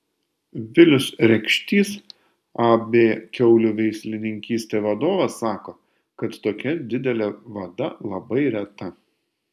vilius rekštys ab kiaulių veislininkystė vadovas sako kad tokia didelė vada labai reta